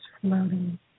floating